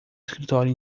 escritório